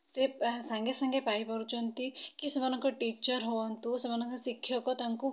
ସେ ସାଙ୍ଗେ ସାଙ୍ଗେ ପାଇପାରୁଛନ୍ତି କି ସେମାନଙ୍କ ଟିଚର୍ ହୁଅନ୍ତୁ କି ସେମାନଙ୍କ ଶିକ୍ଷକ ତାଙ୍କୁ